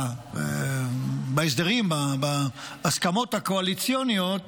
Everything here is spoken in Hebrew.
בהסדרים, בהסכמות הקואליציוניות,